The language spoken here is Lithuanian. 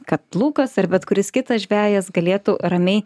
kad lukas ar bet kuris kitas žvejas galėtų ramiai